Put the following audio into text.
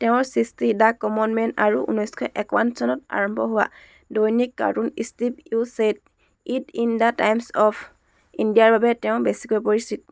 তেওঁৰ সৃষ্টি the common man আৰু ঊনৈছশ একাৱন চনত আৰম্ভ হোৱা দৈনিক cartoon strip you said it in the Times of ইণ্ডিয়াৰ বাবে তেওঁ বেছিকৈ পৰিচিত